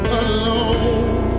alone